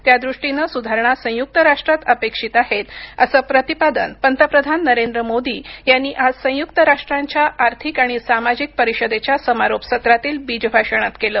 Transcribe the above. त्यादृष्टीनं सुधारणा संयुक्त राष्ट्रात अपेक्षित आहेत असं प्रतिपादन पंतप्रधान नरेंद्र मोदी यांनी आज संयुक्त राष्ट्रांच्या आर्थिक आणि सामाजिक परिषदेच्या समारोप सत्रातील बीज भाषणात केलं